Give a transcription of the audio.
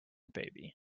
baby